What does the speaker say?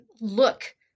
look